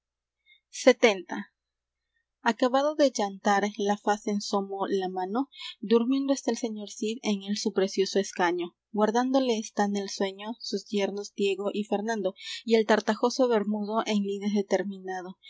acabado de yantar la faz en somo la mano durmiendo está el señor cid en el su precioso escaño guardándole están el sueño sus yernos diego y fernando y el tartajoso bermudo en lides determinado